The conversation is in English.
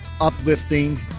uplifting